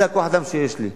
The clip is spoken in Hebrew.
זה כוח-האדם שיש לי.